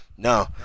No